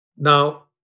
Now